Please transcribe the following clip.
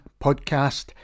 podcast